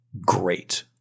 great